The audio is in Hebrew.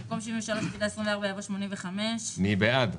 במקום 89.5 יבוא 95. מי בעד?